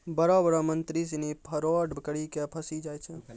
बड़ो बड़ो मंत्री सिनी फरौड करी के फंसी जाय छै